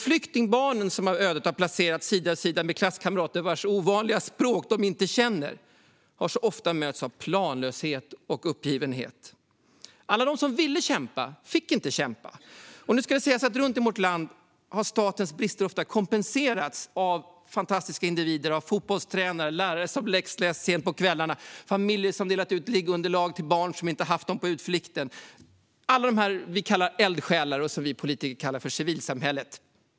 Flyktingbarnen, som av ödet placerats sida vid sida med klasskamrater vars ovanliga språk de inte känner, har ofta mötts av planlöshet och uppgivenhet. Alla de som ville kämpa fick inte kämpa. Nu ska det sägas att statens brister runt om i vårt land ofta har kompenserats av fantastiska individer: fotbollstränare, lärare som läxläst sent på kvällarna, familjer som delat ut liggunderlag till barn som inte haft några på utflykten - alla dem som vi kallar eldsjälar och som vi politiker kallar för civilsamhället.